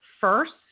first